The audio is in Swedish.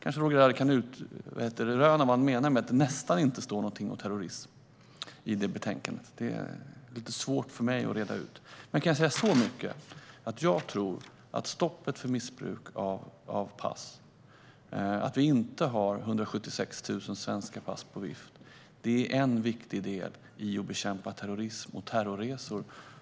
Kan Roger Haddad reda ut vad han menar med "nästan inte"? Det är lite svårt för mig att göra det. Jag kan dock säga något om stoppet för missbruk av pass. Vi har inte längre 176 000 svenska pass på vift. Detta är en viktig del i att bekämpa terrorism och terrorresor.